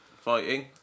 fighting